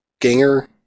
ganger